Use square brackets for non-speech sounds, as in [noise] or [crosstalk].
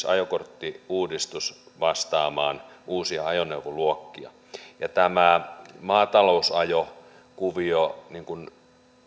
[unintelligible] ajokorttiuudistus vastaamaan uusia ajoneuvoluokkia ja mitä tulee tähän maatalousajokuvioon niin kuin